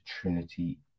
Trinity